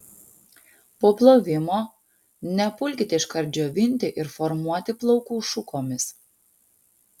po plovimo nepulkite iškart džiovinti ir formuoti plaukų šukomis